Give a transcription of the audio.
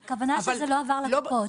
אבל לא --- הכוונה היא שזה לא עבר לקופות.